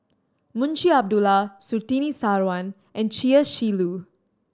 Munshi Abdullah Surtini Sarwan and Chia Shi Lu